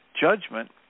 judgment